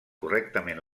correctament